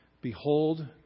Behold